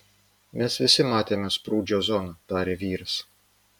mes visi matėme sprūdžio zoną tarė vyras